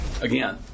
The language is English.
Again